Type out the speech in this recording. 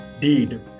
deed